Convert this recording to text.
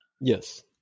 Yes